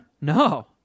No